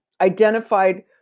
identified